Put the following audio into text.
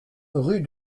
rue